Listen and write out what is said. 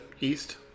east